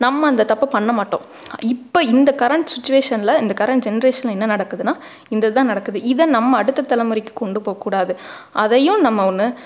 நம்ம அந்த தப்பை பண்ண மாட்டோம் இப்போ இந்த கரண்ட் சுட்ச்சுவேசனில் இந்த கரண்ட் ஜெனரேஷனில் என்ன நடக்குதுன்னா இந்த இது தான் நடக்குது இதை நம்ம அடுத்த தலைமுறைக்கு கொண்டு போக் கூடாது அதையும் நம்ம ஒன்று